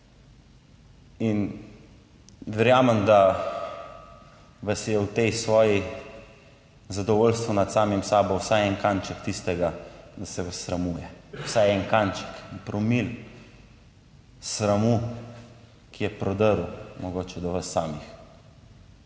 In verjamem, da vas je v tej svoji, zadovoljstvo nad samim sabo vsaj en kanček tistega, da se vas sramuje, vsaj en kanček promil sramu, ki je prodrl mogoče do vas samih,